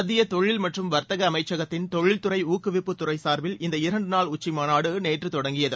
மத்திய தொழில் மற்றும் வர்த்தக அமைச்சகத்தின் தொழில்துறை ஊக்குவிப்பு துறை சார்பில் இந்த இரண்டு நாள் உச்சி மாநாடு நேற்று தொடங்கியது